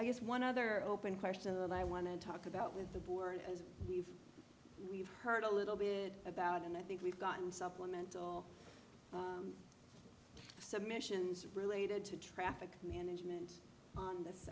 i guess one other open question that i want to talk about with the board as we've we've heard a little bit about and i think we've gotten supplemental submissions related to traffic management on th